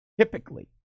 typically